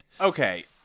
okay